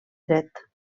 dret